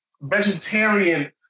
vegetarian